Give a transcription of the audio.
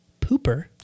Pooper